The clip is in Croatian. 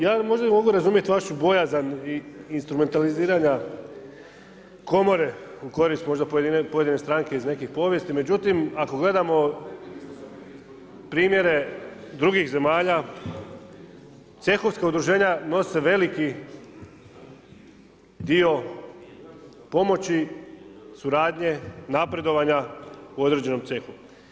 Ja mogu razumjeti vašu bojazan i instrumentaliziranja komore u korist možda pojedine stranke iz nekih povijesti, međutim ako gledamo primjere drugih zemalja cehovska udruženja nose veliki dio pomoći, suradnje, napredovanja u određenom cehu.